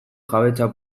jabetza